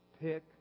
pick